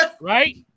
right